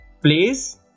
please